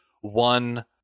one